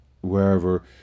wherever